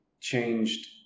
changed